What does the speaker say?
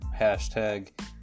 Hashtag